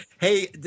Hey